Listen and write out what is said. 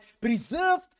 preserved